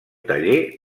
taller